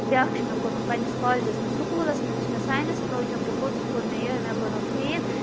بیٛاکھ چھُ مےٚ کوٚرمُت پنٕنِس کالجس منٛز سکوٗلَس منٛز یُس مےٚ سایِنَس پرٛوجیکٹ کوٚر سُہ کوٚر مےٚ یِہَے مےٚ بناو فین